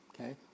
Okay